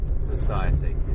society